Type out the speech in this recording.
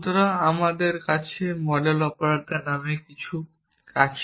সুতরাং আমাদের কাছে মডেল অপারেটর নামে কিছু আছে